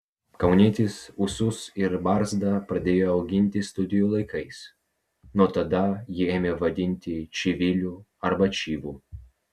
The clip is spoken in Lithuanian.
kaunietis ūsus ir barzdą pradėjo auginti studijų laikais nuo tada jį ėmė vadinti čiviliu arba čyvu